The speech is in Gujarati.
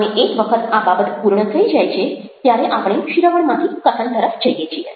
અને એક વખત આ બાબત પૂર્ણ થઈ જાય છે ત્યારે આપણે શ્રવણમાંથી કથન તરફ જઈએ છીએ